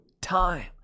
time